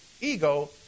ego